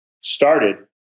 started